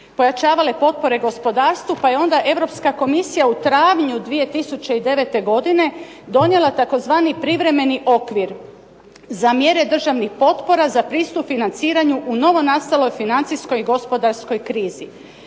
pojačavale potpore gospodarstvu pa je onda Europska komisija u travnju 2009. godine donijela tzv. privremeni okvir za mjere državnih potpora za pristup financiranju u novonastaloj financijskoj i gospodarskoj krizi.